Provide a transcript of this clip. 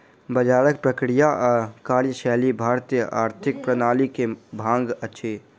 बजारक प्रक्रिया आ कार्यशैली भारतीय आर्थिक प्रणाली के भाग अछि